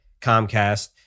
Comcast